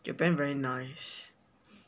japan very nice